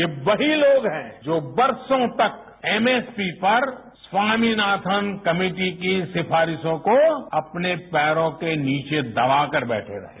ये वही लोग हैं जो बरसों तक एमएसपी पर स्वामीनाथन कमेटी की इन सिफारिशों को अपने पैरों के नीचे दबाकर बैठे हुए थे